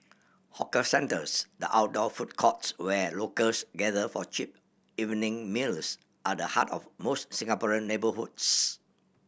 hawker centres the outdoor food courts where locals gather for cheap evening meals are the heart of most Singaporean neighbourhoods